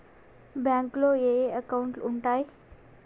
బ్యాంకులో ఏయే అకౌంట్లు ఉంటయ్?